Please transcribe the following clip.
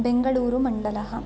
Bengaluru मण्डलम्